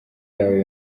yawe